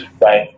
right